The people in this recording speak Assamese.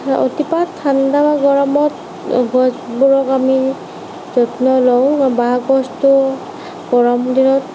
অতিপাত ঠাণ্ডা বা গৰমত গছবোৰক আমি যত্ন লওঁ বা গছটো গৰম দিনত